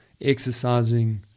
exercising